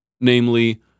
namely